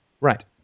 Right